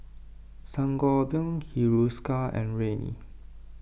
Sangobion Hiruscar and Rene